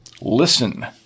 listen